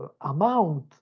amount